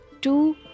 Two